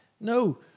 No